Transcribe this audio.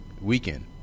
weekend